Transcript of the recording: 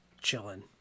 chilling